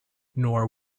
nor